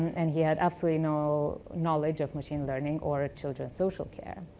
and he had absolutely no knowledge of machine learning or ah children's social care.